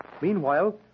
Meanwhile